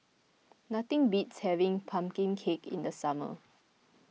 nothing beats having Pumpkin Cake in the summer